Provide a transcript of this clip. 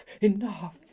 enough